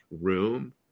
room